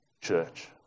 Church